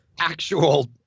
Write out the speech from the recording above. actual